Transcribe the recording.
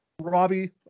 Robbie